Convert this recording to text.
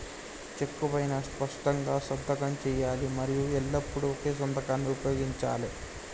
చెక్కు పైనా స్పష్టంగా సంతకం చేయాలి మరియు ఎల్లప్పుడూ ఒకే సంతకాన్ని ఉపయోగించాలే